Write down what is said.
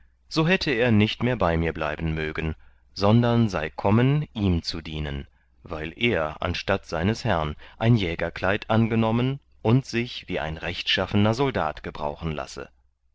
so hätte er nicht mehr bei mir bleiben mögen sondern sei kommen ihm zu dienen weil er anstatt seines herrn ein jägerkleid angenommen und sich wie ein rechtschaffener soldat gebrauchen lasse